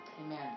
Amen